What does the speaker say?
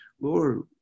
Lord